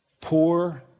Poor